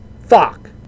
Fuck